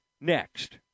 next